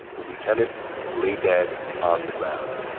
the lieutenant lay dead on the ground